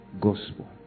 gospel